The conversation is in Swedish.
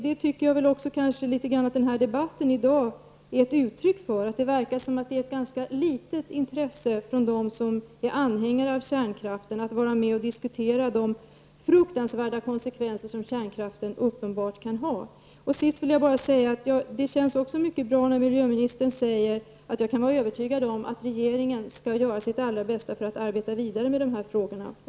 Den här debatten i dag är litet grand ett uttryck för detta. Det verkar vara ett ganska litet intresse från dem som är anhängare av kärnkraft att vara med och diskutera de fruktansvärda konsekvenser som kärnkraften uppenbart kan få. Avslutningsvis vill jag säga att det också känns mycket bra när miljöministern säger att man kan vara övertygad om att regeringen skall göra sitt allra bästa för att arbeta vidare med dessa frågor.